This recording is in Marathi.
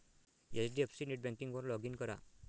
एच.डी.एफ.सी नेटबँकिंगवर लॉग इन करा